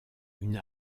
une